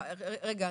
רגע.